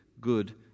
good